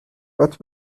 but